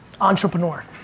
Entrepreneur